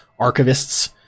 archivists